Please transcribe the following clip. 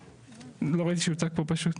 לא ראיתי שהוצג פה פשוט.